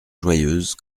joyeuse